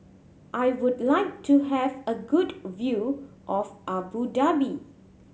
I would like to have a good view of Abu Dhabi